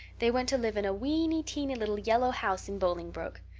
they went to live in a weeny-teeny little yellow house in bolingbroke.